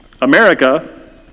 America